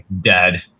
dead